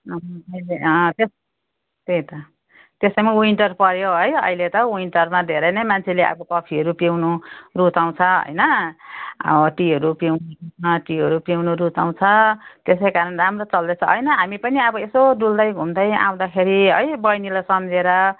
ते त्यही त त्यसैमा विन्टर पर्यो है अहिले त विन्टरमा धेरै नै मान्छेले अब कफीहरू पिउनु रुचाउँछ होइन अब टीहरू पिउनु टीहरू पिउनु रुचाउँछ त्यसै कारण राम्रो चल्दैछ होइन हामी पनि अब यसो डुल्दै घुम्दै आउँदाखेरि है बहिनीलाई सम्झेर